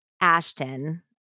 Ashton